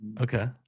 Okay